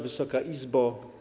Wysoka Izbo!